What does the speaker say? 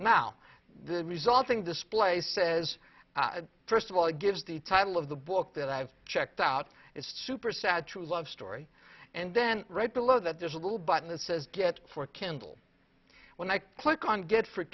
now the resulting display says first of all it gives the title of the book that i've checked out it's super sad true love story and then right below that there's a little button that says get for kindle when i click on get f